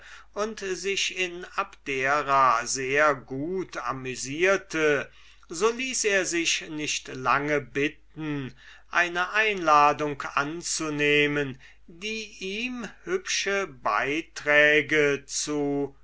und sich in abdera sehr gut amüsierte so ließ er sich nicht lange bitten eine einladung anzunehmen die ihm hübsche beiträge zu